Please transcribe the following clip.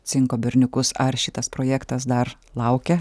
cinko berniukus ar šitas projektas dar laukia